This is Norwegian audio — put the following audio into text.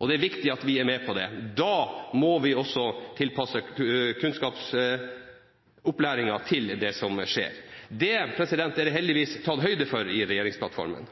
og det er viktig at vi er med på det. Da må vi også tilpasse kunnskapsopplæringen til det som skjer. Det er det heldigvis tatt høyde for i regjeringsplattformen.